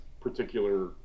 particular